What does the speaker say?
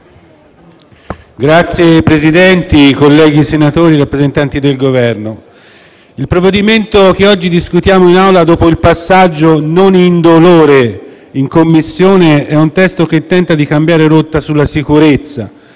Signor Presidente, colleghi senatori, rappresentanti del Governo, il provvedimento che oggi discutiamo in Aula, dopo il passaggio non indolore in Commissione, è un testo che tenta di cambiare rotta sulla sicurezza,